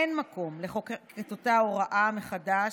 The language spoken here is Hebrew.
אין מקום לחוקק את אותה הוראה מחדש,